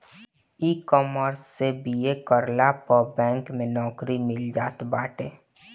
ecommerce से BA करला पअ बैंक में नोकरी मिल जात बाटे